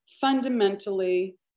fundamentally